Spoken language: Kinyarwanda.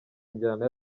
injyana